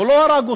הוא לא הרג אותו.